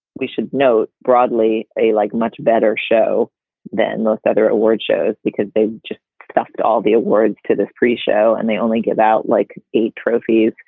we should note broadly, a like much better show than most other award shows, because they just stuffed all the awards to this pre-show and they only go about like eight trophies.